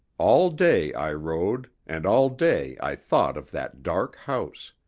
all day i rode, and all day i thought of that dark house,